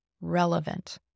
relevant